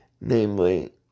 namely